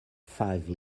five